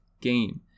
game